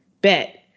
bet